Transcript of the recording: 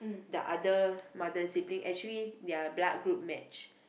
the other mother sibling actually their blood group match